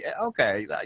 Okay